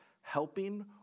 helping